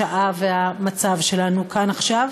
השעה והמצב שלנו כאן עכשיו.